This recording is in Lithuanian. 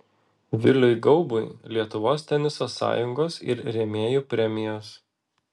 viliui gaubui lietuvos teniso sąjungos ir rėmėjų premijos